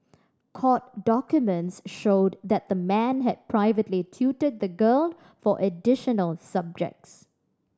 court documents showed that the man had privately tutored the girl for additional subjects